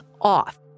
off